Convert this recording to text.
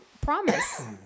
promise